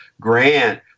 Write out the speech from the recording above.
grant